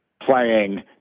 playing